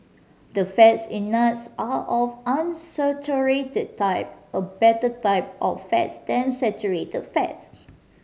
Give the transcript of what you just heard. the fats in nuts are of unsaturated type a better type of fat than saturated fat